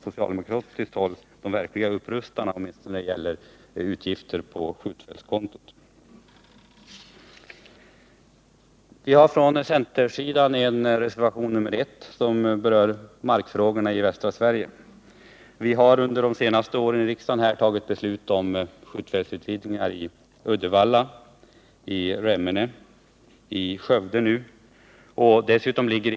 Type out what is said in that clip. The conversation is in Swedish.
Socialdemokraterna är tydligen de verkliga upprustarna när det gäller skjutfältsfrå Centerpartisterna i utskottet har avgivit en reservation, nr 1, som berör markfrågorna i västra Sverige. Vi har under de senaste åren i riksdagen fattat beslut om skjutfältsutvidgningar i Uddevalla och Remmene och nu i Skövde.